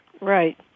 Right